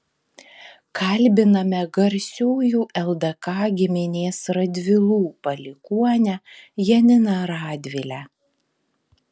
kalbiname garsiųjų ldk giminės radvilų palikuonę janiną radvilę